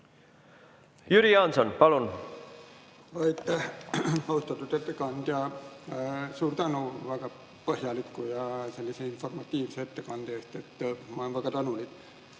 Jüri Jaanson, palun!